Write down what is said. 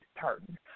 tartan